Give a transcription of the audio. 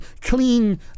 clean